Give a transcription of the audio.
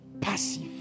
passive